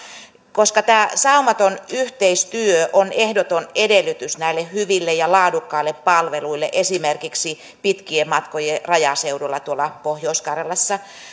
koska tämä saumaton yhteistyö on ehdoton edellytys näille hyville ja laadukkaille palveluille esimerkiksi pitkien matkojen rajaseudulla tuolla pohjois karjalassa